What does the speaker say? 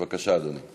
בבקשה, אדוני.